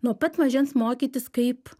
nuo pat mažens mokytis kaip